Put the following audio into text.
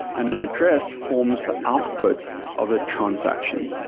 an an address forms the output of a transaction.